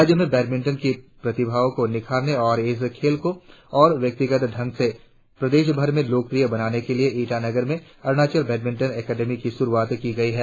राज्य मे बैंडमिंटन की प्रतिभाओं को निखारने और इस खेल को और व्यवस्थित ढंग से प्रदेशभर में लोकप्रिय बनाने के लिए ईटानगर में अरुणाचल बैडमिंटन एकेडमी की शुरुआत की गई है